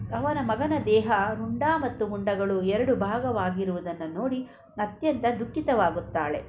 ಅವರ ಮಗನ ದೇಹ ರುಂಡ ಮತ್ತು ಮುಂಡಗಳು ಎರಡು ಭಾಗವಾಗಿರುವುದನ್ನು ನೋಡಿ ಅತ್ಯಂತ ದುಃಖಿತವಾಗುತ್ತಾಳೆ